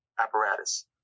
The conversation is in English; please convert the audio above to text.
apparatus